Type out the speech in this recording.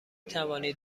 توانید